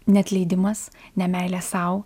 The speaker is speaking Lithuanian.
neatleidimas nemeilė sau